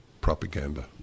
propaganda